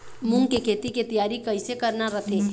मूंग के खेती के तियारी कइसे करना रथे?